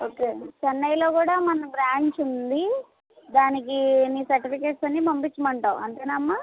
okay చెన్నైలో కూడా మన బ్రాంచ్ ఉంది దానికి నీ సర్టిఫికేట్స్ అన్నీ పంపించమంటావు అంతేనా అమ్మా